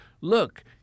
look—